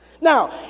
Now